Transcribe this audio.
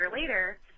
later